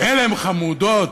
עלם חמודות,